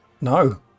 No